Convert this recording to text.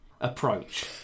approach